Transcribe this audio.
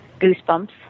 goosebumps